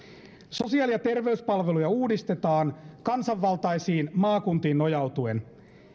sosiaali ja terveyspalveluja uudistetaan kansanvaltaisiin maakuntiin nojautuen